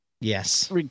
Yes